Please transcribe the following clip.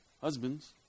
husbands